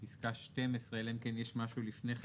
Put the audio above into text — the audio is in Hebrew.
בפסקה 12, אלא אם כן יש משהו לפני כן